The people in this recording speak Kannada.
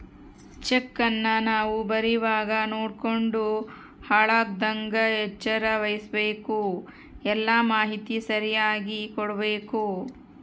ಚೆಕ್ಕನ್ನ ನಾವು ಬರೀವಾಗ ನೋಡ್ಯಂಡು ಹಾಳಾಗದಂಗ ಎಚ್ಚರ ವಹಿಸ್ಭಕು, ಎಲ್ಲಾ ಮಾಹಿತಿ ಸರಿಯಾಗಿ ಕೊಡ್ಬಕು